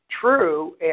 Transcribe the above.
True